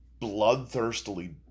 bloodthirstily